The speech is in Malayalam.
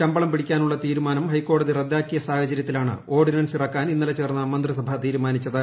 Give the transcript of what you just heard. ശമ്പളം പിടിക്കാനുള്ള തീരുമാനം ഹൈക്കോടതി റദ്ദാക്കിയ സാഹചര്യത്തിലാണ് ഓർഡിനൻസ് ഇറക്കാൻ ഇന്നലെ ചേർന്ന മന്ത്രിസഭ തീരുമാനിച്ചത്